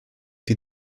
die